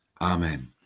Amen